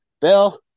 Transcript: Bill